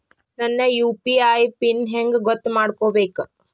ನನ್ನ UPI PIN ಹೆಂಗ್ ಗೊತ್ತ ಮಾಡ್ಕೋಬೇಕು?